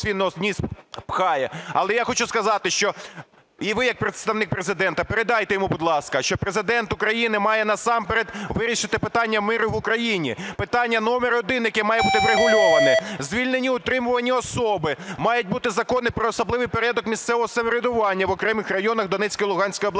Але я хочу сказати, що і ви як Представник Президента, передайте йому, будь ласка, що Президент України має насамперед вирішити питання миру в Україні – питання номер один, яке має бути врегульоване. Звільнені утримувані особи. Мають бути закони про особливий порядок місцевого самоврядування в окремих районах Донецької і Луганської областей.